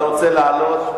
אתה רוצה לעלות?